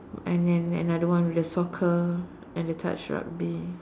and then another one with the soccer and the touch rugby